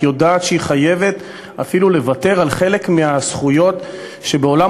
יודעת שהיא חייבת אפילו לוותר על חלק מהזכויות שבעולם